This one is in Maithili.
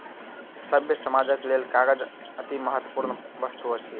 सभ्य समाजक लेल कागज अतिमहत्वपूर्ण वस्तु अछि